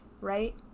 right